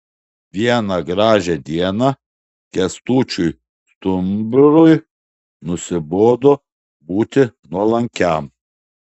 vieną gražią dieną kęstučiui stumbrui nusibodo būti nuolankiam